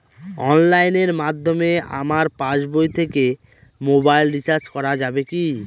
অনলাইনের মাধ্যমে আমার পাসবই থেকে মোবাইল রিচার্জ করা যাবে কি?